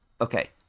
okay